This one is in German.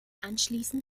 anschließend